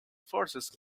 forces